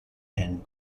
and